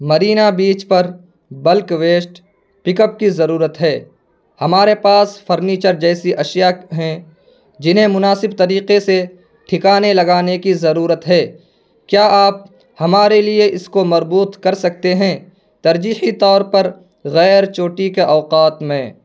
Merina beach پر bulk waste pick up کی ضرورت ہے ہمارے پاس فرنیچر جیسی اشیاء ہیں جنہیں مناسب طریقے سے ٹھکانے لگانے کی ضرورت ہے کیا آپ ہمارے لیے اس کو مربوط کر سکتے ہیں ترجیحی طور پر غیر ڈیوٹی کے اوقات میں